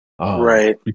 Right